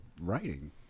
writing